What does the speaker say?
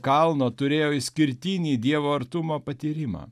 kalno turėjo išskirtinį dievo artumo patyrimą